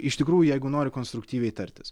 iš tikrųjų jeigu nori konstruktyviai tartis